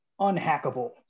unhackable